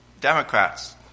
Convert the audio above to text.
Democrats